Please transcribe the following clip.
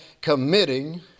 committing